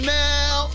now